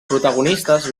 protagonistes